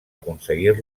aconseguir